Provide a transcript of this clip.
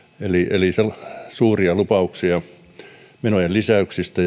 eli suuria lupauksia menojen lisäyksistä